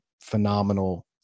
phenomenal